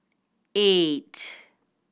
eight